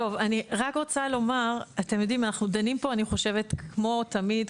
אנחנו דנים פה כמו תמיד,